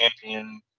champion